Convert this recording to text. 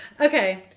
Okay